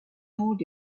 hold